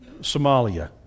Somalia